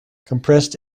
compressed